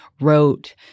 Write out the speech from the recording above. wrote